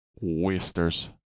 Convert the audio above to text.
wasters